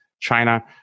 China